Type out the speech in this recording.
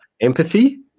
empathy